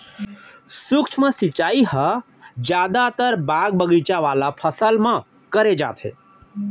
सूक्ष्म सिंचई ह जादातर बाग बगीचा वाला फसल म करे जाथे